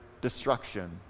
destruction